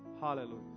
Hallelujah